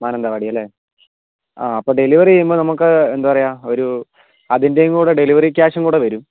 മാനന്തവാടിയല്ലേ delivery ചെയ്യുമ്പോ നമുക്ക് എന്ത് പറയാ അതിൻറ്റേം കൂടെ ഡെലിവറി ക്യാഷും കൂടെ വരും